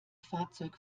fahrzeug